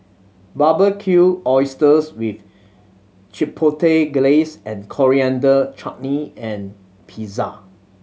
Barbecued Oysters with Chipotle Glaze Coriander Chutney and Pizza